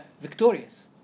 victorious